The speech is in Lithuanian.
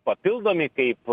papildomi kaip